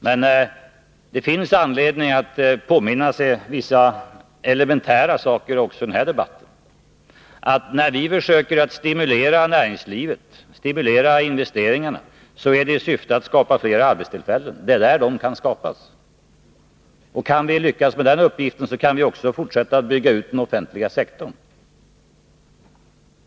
Men det finns anledning att påminna sig vissa elementära saker: När vi försöker stimulera näringslivets investeringar, så är det i syfte att skapa flera arbetstillfällen. Det är på så sätt de kan skapas. Kan vi lyckas med den uppgiften, kan vi också fortsätta att bygga ut den offentliga sektorn.